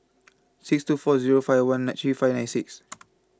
six two four Zero five one nine three five nine six